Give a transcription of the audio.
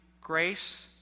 grace